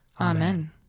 Amen